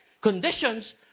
conditions